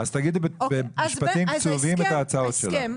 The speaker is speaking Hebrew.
תגידי במשפטים קצובים את ההצעות שלך.